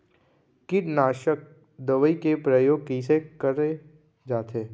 कीटनाशक दवई के प्रयोग कइसे करे जाथे?